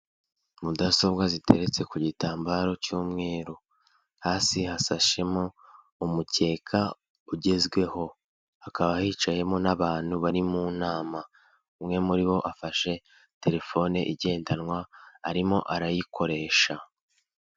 Mudasobwa ziteretse ku gitambaro cy'umweru, hasi hasashemo umukeka ugezweho, hakaba hicayemo n'abantu bari mu nama umwe muri bo afashe telefone igendanwa arimo arayikoresha.